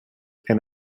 and